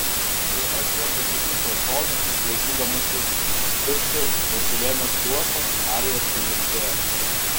kai ezra pasisuko šonu ir klausydamasis pirštu pasirėmė skruostą arija suvirpėjo